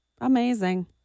Amazing